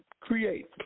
create